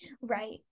Right